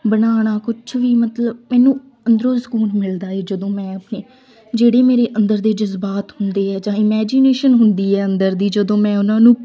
ਬਣਾਉਣਾ ਕੁਛ ਵੀ ਮਤਲਬ ਮੈਨੂੰ ਅੰਦਰੋਂ ਸਕੂਨ ਮਿਲਦਾ ਏ ਜਦੋਂ ਮੈਂ ਆਪਣੀ ਜਿਹੜੀ ਮੇਰੇ ਅੰਦਰ ਦੇ ਜਜ਼ਬਾਤ ਹੁੰਦੇ ਆ ਚਾਹੇ ਇਮੈਜੀਨੇਸ਼ਨ ਹੁੰਦੀ ਹੈ ਅੰਦਰ ਦੀ ਜਦੋਂ ਮੈਂ ਉਹਨਾਂ ਨੂੰ